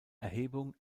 erhebung